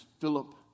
Philip